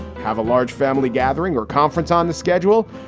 have a large family gathering or conference on the schedule.